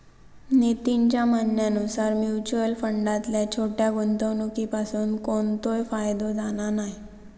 नितीनच्या म्हणण्यानुसार मुच्युअल फंडातल्या छोट्या गुंवणुकीपासून कोणतोय फायदो जाणा नाय